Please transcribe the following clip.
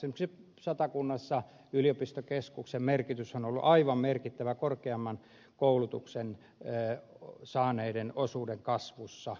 esimerkiksi satakunnassa yliopistokeskuksen merkitys on ollut aivan merkittävä korkeamman koulutuksen saaneiden osuuden kasvussa